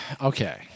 okay